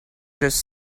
just